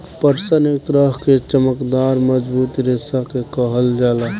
पटसन एक तरह के चमकदार मजबूत रेशा के कहल जाला